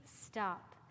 stop